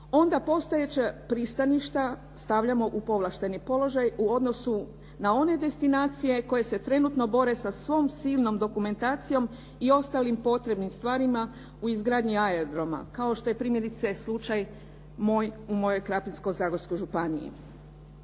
onda postojeća pristaništa stavljamo u povlašteni položaj u odnosu na one destinacije koje se trenutno bore sa svom silnom dokumentacijom i ostalim potrebnim stvarima u izgradnji aerodroma, kao što je primjerice slučaj moj u mojoj Krapinsko-zagorskoj županiji.